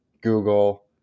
google